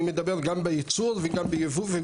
אני מדבר גם בייצור וגם בייבוא.